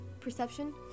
Perception